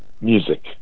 music